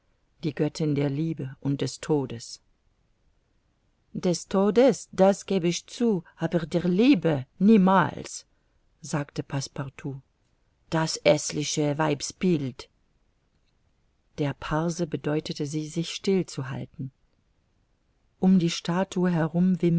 die göttin der liebe und des todes des todes das geb ich zu aber der liebe niemals sagte passepartout das häßliche weibsbild der parse bedeutete sie sich still zu halten um die statue herum